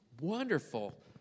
wonderful